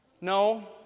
No